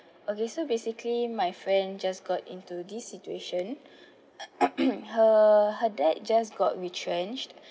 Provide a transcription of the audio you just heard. okay so basically my friend just got into this situation her her dad just got retrenched